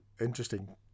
interesting